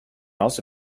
also